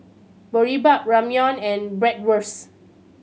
Boribap Ramyeon and Bratwurst